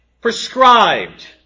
prescribed